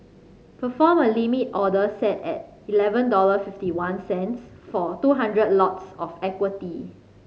perform a limit order set at eleven dollar fiftyone cents for two hundred lots of equity